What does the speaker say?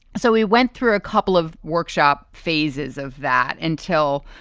so we went through a couple of workshop phases of that until.